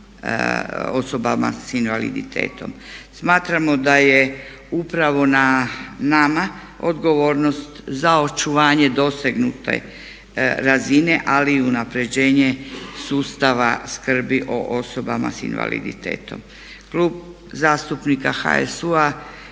osobama s invaliditetom. Smatramo da je upravo na nama odgovornost za očuvanje dosegnute razine ali i unapređenje sustava skrbi o osobama s invaliditetom. Klub zastupnika HSU-a